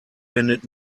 wendet